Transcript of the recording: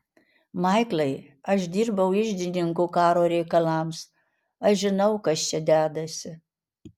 maiklai aš dirbau iždininku karo reikalams aš žinau kas čia dedasi